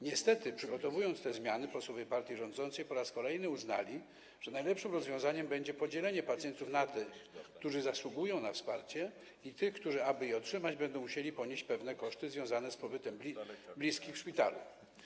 Niestety, przygotowując te zmiany, posłowie partii rządzącej po raz kolejny uznali, że najlepszym rozwiązaniem będzie podzielenie pacjentów na tych, którzy zasługują na wsparcie, i tych, którzy aby je otrzymać, będą musieli ponieść pewne koszty związane z pobytem bliskich w szpitalu.